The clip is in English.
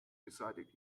decided